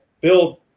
build